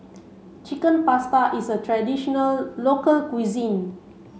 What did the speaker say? Chicken Pasta is a traditional local cuisine